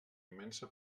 immensa